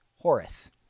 Horace